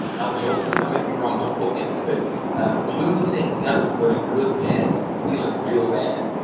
al jolson? i might be wrong, don't quote me on this, but blues ain't nothing but a good man feeling real bad.